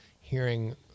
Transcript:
hearing